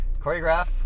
Choreograph